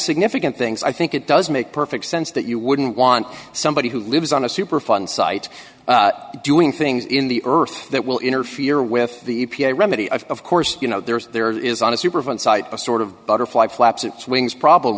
significant things i think it does make perfect sense that you wouldn't want somebody who lives on a superfund site doing things in the earth that will interfere with the e p a remedy of of course you know there's there is on a super fun site a sort of butterfly flaps its wings problem